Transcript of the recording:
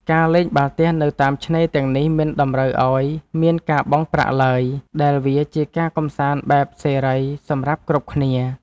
ការលេងបាល់ទះនៅតាមឆ្នេរទាំងនេះមិនតម្រូវឱ្យមានការបង់ប្រាក់ឡើយ ដែលវាជាការកម្សាន្តបែបសេរីសម្រាប់គ្រប់គ្នា។